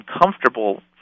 uncomfortable